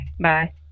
Bye